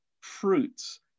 fruits